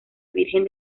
virgen